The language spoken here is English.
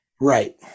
Right